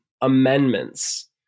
amendments